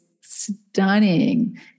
stunning